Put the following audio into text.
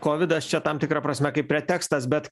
kovidas čia tam tikra prasme kaip pretekstas bet